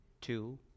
two